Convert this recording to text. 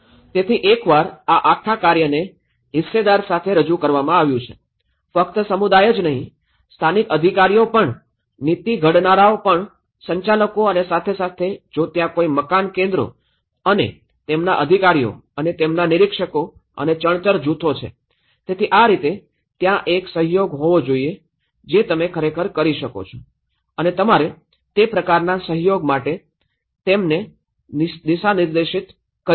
તેથી એકવાર આ આખા કાર્યને હિસ્સેદાર સાથે રજૂ કરવામાં આવ્યું છે ફક્ત સમુદાય જ નહીં સ્થાનિક અધિકારીઓ પણ નીતિ ઘડનારાઓ પણ સંચાલકો અને સાથે સાથે જો ત્યાં કોઈ મકાન કેન્દ્રો અને તેમના અધિકારીઓ અને તેમના નિરીક્ષકો અને ચણતર જૂથો છે તેથી આ રીતે ત્યાં એક સહયોગ હોવો જોઈએ જે તમે ખરેખર કરી શકો અને તમારે તે પ્રકારના સહયોગ માટે તેમને દિશા નિર્દેશિત કરી શકો